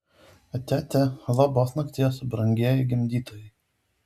atia atia labos nakties brangieji gimdytojai